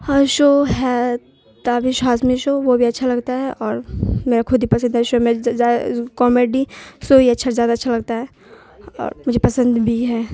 اور شو ہے تابش ہاشمی شو وہ بھی اچھا لگتا ہے اور میرا خود ہی پسندیدہ شو کامیڈی شو ہی اچھا زیادہ اچھا لگتا ہے اور مجھے پسند بھی ہے